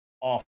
Off